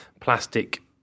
plastic